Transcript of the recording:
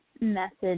message